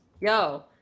Yo